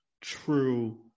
true